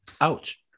Ouch